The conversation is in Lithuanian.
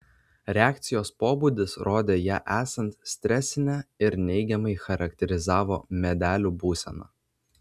reakcijos pobūdis rodė ją esant stresinę ir neigiamai charakterizavo medelių būseną